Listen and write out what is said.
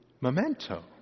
memento